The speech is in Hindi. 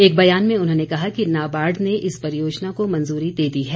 एक बयान में उन्होंने कहा कि नाबार्ड ने इस परियोजना को मंजूरी दे दी है